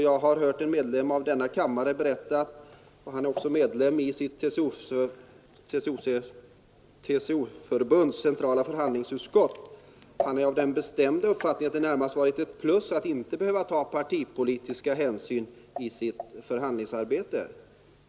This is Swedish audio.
Jag har hört en ledamot av denna kammare berätta — han är också medlem av sitt TCO-förbunds förhandlingsutskott — att han har den bestämda uppfattningen att det närmast varit ett plus att inte behöva ta partipolitiska sambandet har jag också svårt att förs hänsyn i förhandlingsarbetet.